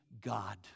God